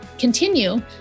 continue